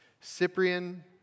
Cyprian